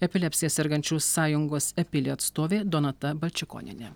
epilepsija sergančių sąjungos epilė atstovė donata balčikonienė